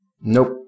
Nope